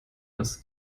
als